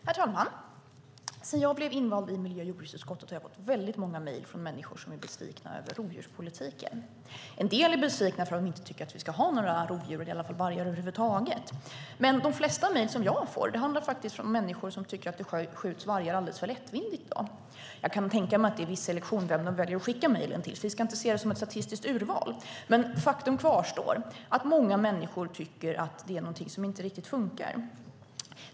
Herr talman! Sedan jag blev invald i miljö och jordbruksutskottet har jag fått väldigt många mejl från människor som är besvikna över rovdjurspolitiken. En del är besvikna för att de inte tycker att vi ska ha några rovdjur över huvud taget eller i alla fall inga vargar. Men de flesta mejl som jag får är från människor som tycker att det skjuts vargar alldeles för lättvindigt i dag. Jag kan tänka mig att det är en viss selektion när det gäller vem de väljer att skicka mejlen, så vi ska inte se det som ett statistiskt urval, men faktum kvarstår: Många människor tycker att det är någonting som inte riktigt funkar.